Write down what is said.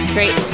Great